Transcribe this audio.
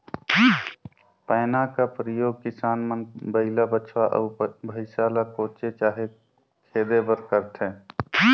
पैना का परियोग किसान मन बइला, बछवा, अउ भइसा ल कोचे चहे खेदे बर करथे